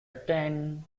attend